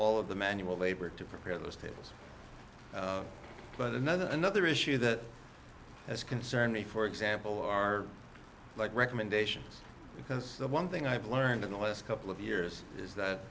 all of the manual labor to prepare those tables but another another issue that has concerned me for example are like recommendations because the one thing i've learned in the last couple of years